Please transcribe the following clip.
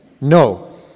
No